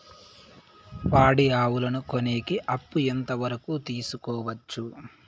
పాడి ఆవులని కొనేకి అప్పు ఎంత వరకు తీసుకోవచ్చు?